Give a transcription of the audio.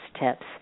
tips